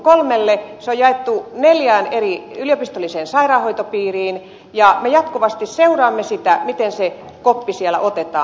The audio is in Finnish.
se on jaettu neljään eri yliopistolliseen sairaanhoitopiiriin ja me jatkuvasti seuraamme sitä miten se koppi siellä otetaan